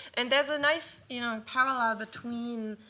and there's a nice you know parallel ah between